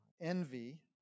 Envy